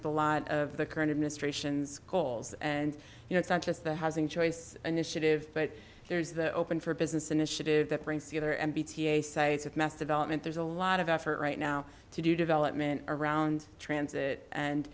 with a lot of the current administration's goals and you know it's not just the housing choice initiative but there's the open for business initiative that brings together and bta sites of mass development there's a lot of effort right now to do development around transit and